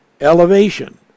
elevation